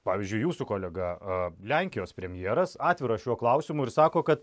pavyzdžiui jūsų kolega a lenkijos premjeras atviras šiuo klausimu ir sako kad